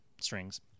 strings